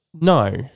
no